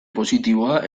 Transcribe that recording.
positiboa